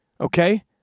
okay